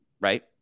right